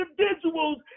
individuals